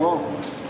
נו.